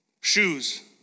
Shoes